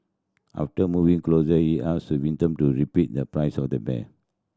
after moving closer he asked the victim to repeat the price of the bear